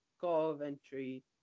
Coventry